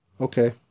Okay